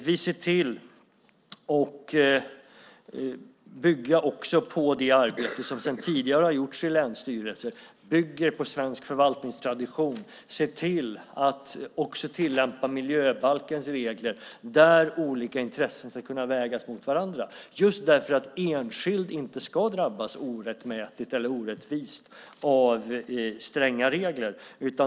Vi ser till att det arbete som sedan tidigare har gjorts i länsstyrelser bygger på svensk förvaltningstradition och tillämpar miljöbalkens regler, där olika intressen ska kunna vägas mot varandra. Det är just för att en enskild inte ska drabbas orättmätigt eller orättvist av stränga regler.